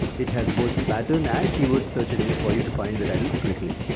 it has both pattern and keywords search engines for you to find the titles quickly.